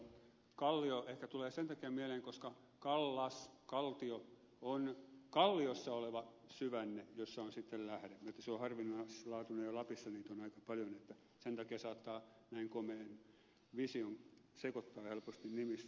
kallio ehkä tulee sen takia mieleen koska kaltio on kalliossa oleva syvänne jossa on sitten lähde niin että se on harvinaislaatuinen ja lapissa niitä on aika paljon ja sen takia saattaa näin komean vision sekoittaa helposti nimissä